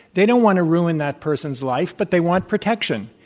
they don't want to ruin that person's life, but they want protection.